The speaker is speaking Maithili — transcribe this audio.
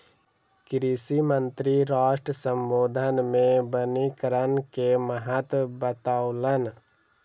कृषि मंत्री राष्ट्र सम्बोधन मे वनीकरण के महत्त्व बतौलैन